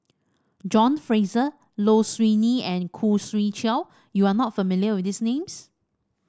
John Fraser Low Siew Nghee and Khoo Swee Chiow you are not familiar with these names